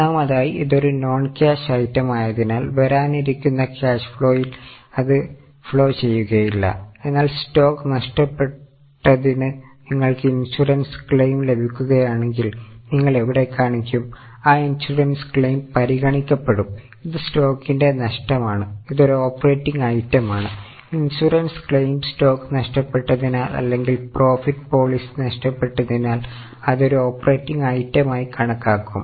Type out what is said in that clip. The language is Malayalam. ഒന്നാമതായി ഇതൊരു നോൺ ക്യാഷ് ഐറ്റം ആയതിനാൽ വരാനിരിക്കുന്ന ക്യാഷ് ഫ്ലോയിൽ അത് ഫ്ലോ ചെയ്യുകയില്ല എന്നാൽ സ്റ്റോക്ക് നഷ്ടപ്പെട്ടതിന് നിങ്ങൾക്ക് ഇൻഷുറൻസ് ക്ലെയിം നഷ്ടപ്പെട്ടതിനാൽ അത് ഒരു ഓപ്പറേറ്റിംഗ് ഐറ്റം ആയി കണക്കാക്കും